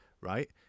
right